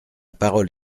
parole